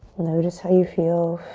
notice how you feel.